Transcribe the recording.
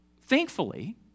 thankfully